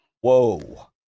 Whoa